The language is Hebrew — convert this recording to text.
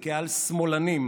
כעל שמאלנים,